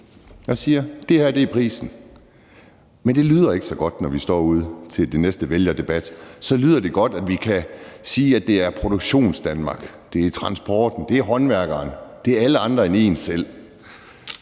overalt, at det er prisen? Men det lyder ikke så godt, når vi står ude til den næste vælgerdebat. Så lyder det godt, at vi kan sige, at det er Produktionsdanmark; det er transporten; det er håndværkeren; det er alle andre end en selv.